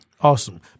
Awesome